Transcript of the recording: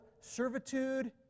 servitude